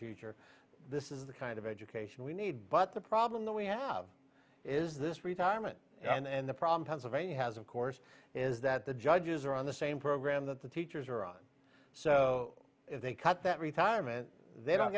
future this is the kind of education we need but the problem that we have is this retirement and the problem pennsylvania has of course is that the judges are on the same program that the teachers are on so they cut that retirement they don't